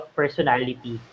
personality